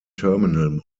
terminal